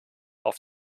auf